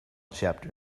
chapter